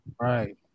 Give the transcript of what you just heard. right